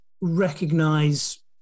recognize